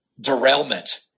derailment